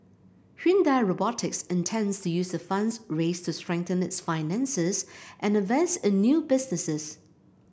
Hyundai Robotics intends to use the funds raised to strengthen its finances and invest in new businesses